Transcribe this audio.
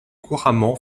couramment